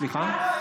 סליחה?